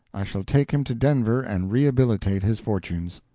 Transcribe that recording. i shall take him to denver and rehabilitate his fortunes.